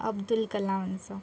Abdul कलमांचं